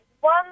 one